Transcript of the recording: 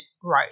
growth